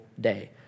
day